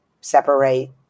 separate